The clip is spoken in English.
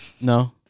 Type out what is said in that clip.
No